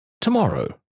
Tomorrow